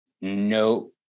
no